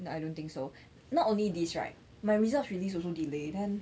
no I don't think so not only this right my results release also delay then